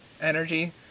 energy